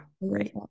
right